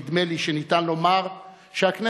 נדמה לי שאפשר לומר שהכנסת,